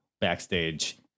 backstage